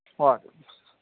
وعلیکم السّلام